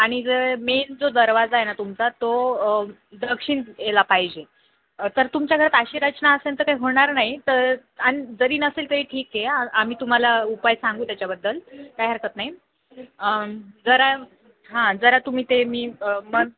आणि जर मेन जो दरवाजा आहे ना तुमचा तो दक्षिणेला पाहिजे तर तुमच्या घरात अशी रचना असेल तर काही होणार नाही तर आणि जरी नसेल तरी ठीकए आम्ही तुम्हाला उपाय सांगू त्याच्याबद्दल काही हरकत नाही आ जरा हां जरा तुम्ही ते मी मन